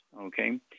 okay